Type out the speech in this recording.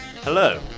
Hello